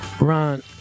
Ron